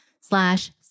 slash